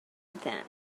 within